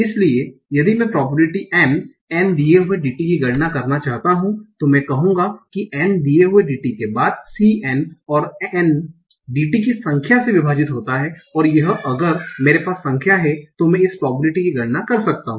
इसलिए यदि मैं प्रोबेबिलिटी N N दिये हुए DT की गणना करना चाहता हूं तो मैं कहूंगा N दिये हुए DT के बाद CN और NDT की संख्या से विभाजित होता हैं और यह अगर मेरे पास संख्या है तो मैं इस प्रोबेबिलिटी की गणना कर सकता हूं